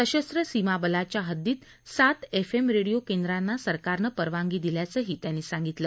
सशस्व सीमाबलाच्या हद्दीत सात एफएम रेडिओ केंद्रांना सरकारनं परवानगी दिल्याचंही त्यांनी सांगितलं